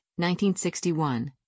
1961